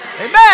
Amen